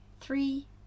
Three